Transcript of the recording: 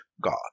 god